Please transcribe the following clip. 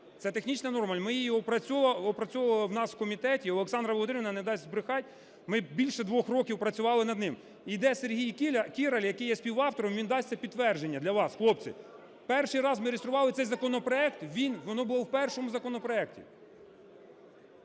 це технічна норма. Ми її опрацьовували в нас в комітеті, Олександра Володимирівна не дасть збрехати, ми більше 2 років працювали над ним. Іде Сергій Кіраль, який є співавтором, він дасть це підтвердження для вас, хлопці. Перший раз ми реєстрували цей законопроект, воно було в першому законопроекті.